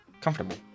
comfortable